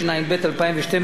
המונח לפניכם,